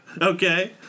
Okay